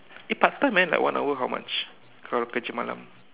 eh part time eh like one hour how much kalau kerja malam